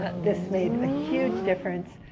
ah this made a huge difference.